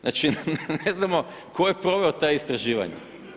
Znači, ne znamo tko je proveo ta istraživanja.